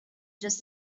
just